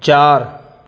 चारि